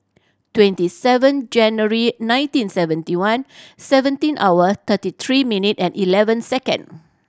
twenty seven January nineteen seventy one seventeen hour thirty three minute and eleven second